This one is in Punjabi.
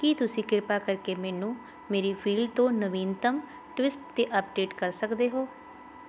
ਕੀ ਤੁਸੀਂ ਕਿਰਪਾ ਕਰਕੇ ਮੈਨੂੰ ਮੇਰੀ ਫੀਲਡ ਤੋਂ ਨਵੀਨਤਮ ਟਵਿਸਟ 'ਤੇ ਅਪਡੇਟ ਕਰ ਸਕਦੇ ਹੋ